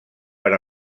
per